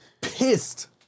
pissed